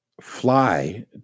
fly